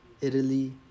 Italy